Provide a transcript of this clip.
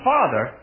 Father